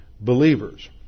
believers